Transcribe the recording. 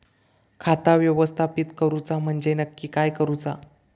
खाता व्यवस्थापित करूचा म्हणजे नक्की काय करूचा?